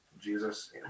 Jesus